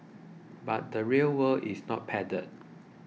but the real world is not padded